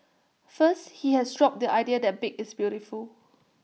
first he has dropped the idea that big is beautiful